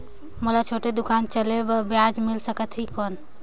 मोला छोटे दुकान चले बर ब्याज मिल सकत ही कौन?